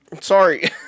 sorry